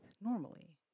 normally